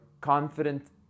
confident